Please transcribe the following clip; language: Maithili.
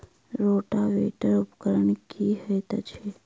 रोटावेटर उपकरण की हएत अछि?